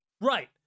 Right